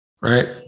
right